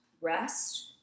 rest